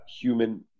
human